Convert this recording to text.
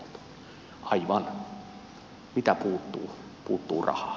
puuttuu rahaa